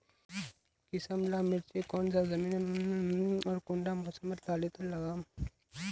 किसम ला मिर्चन कौन जमीन लात्तिर लगाम आर कुंटा मौसम लात्तिर लगाम?